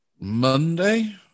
Monday